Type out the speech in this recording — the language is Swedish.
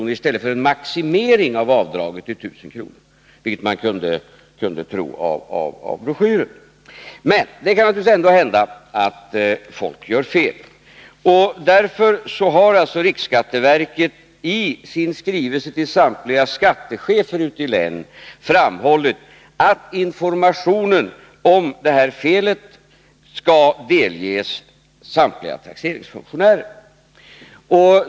och att det inte är en maximering av avdraget till det beloppet, vilket man kunde tro av broschyren. Men det kan naturligvis ändå hända att folk gör fel. Därför har riksskatteverket i sin skrivelse till samtliga skattechefer ute i länet framhållit att informationen om det här felet skall delges samtliga taxeringsfunktionärer.